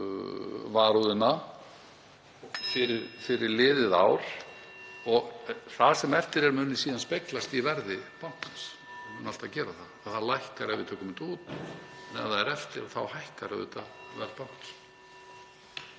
(Forseti hringir.) og það sem eftir er muni síðan speglast í verði bankans, muni alltaf gera það. Það lækkar ef við tökum þetta út, en ef það er eftir þá hækkar auðvitað verð bankans.